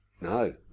No